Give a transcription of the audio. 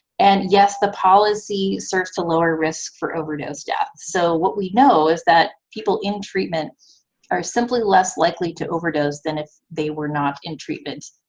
and yes, the policy serves to lower risk for overdose deaths. so what we know is that people in treatment are simply less likely to overdose than if they were not in treatment,